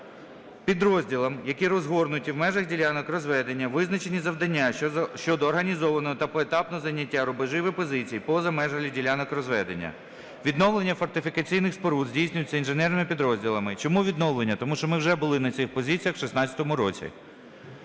Підрозділам, які розгорнуті в межах ділянок розведення, визначені завдання щодо організованого та поетапного зайняття рубежів і позицій поза межами їх ділянок розведення. Відновлення фортифікаційних споруд здійснюється інженерними підрозділами. Чому відновлення? Тому що ми вже були на цих позиціях у 2016 році,